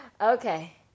Okay